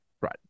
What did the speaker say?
Right